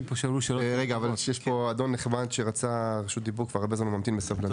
אבל יש פה אדון נכבד שרצה רשות דיבור וממתין בסבלנות.